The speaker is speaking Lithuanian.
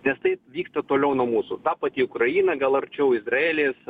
nes tai vyksta toliau nuo mūsų ta pati ukraina gal arčiau izraelis